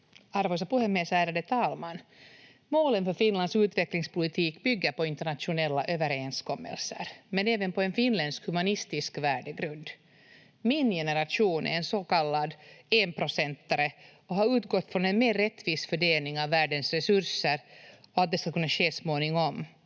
Arvoisa puhemies, ärade talman! Målen för Finlands utvecklingspolitik bygger på internationella överenskommelser men även på en finländsk humanistisk värdegrund. Min generation är en så kallad enprocentare och har utgått från en mer rättvis fördelning av världens resurser och att det ska kunna ske småningom.